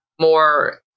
more